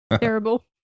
Terrible